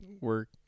work